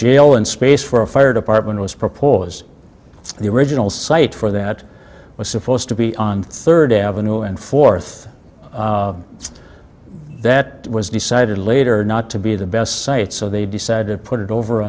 jail and space for a fire department was proposed the original site for that was supposed to be on third avenue and fourth that was decided later not to be the best site so they decided to put it over